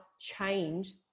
change